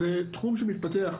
זה תחום שמתפתח.